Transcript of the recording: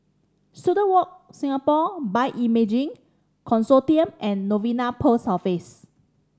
Student Walk Singapore Bioimaging Consortium and Novena Post Office